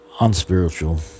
unspiritual